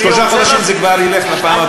אני רוצה, שלושה חודשיים, זה כבר ילך לפעם הבאה.